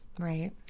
Right